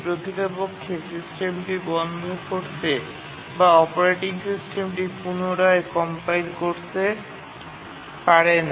প্রকৃতপক্ষে এগুলি সিস্টেমটি বন্ধ করতে বা অপারেটিং সিস্টেমটি পুনরায় কম্পাইল করতে পারে না